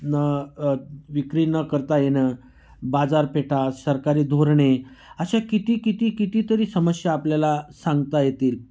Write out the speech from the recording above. न विक्री न करता येणं बाजारपेठा सरकारी धोरणे अशा किती किती कितीतरी समस्या आपल्याला सांगता येतील